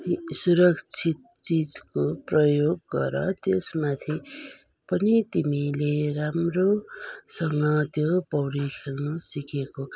सुरक्षित चिजको प्रयोग गर त्यसमाथि पनि तिमीले राम्रोसँग त्यो पौडी खेल्नु सिकेको